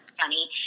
funny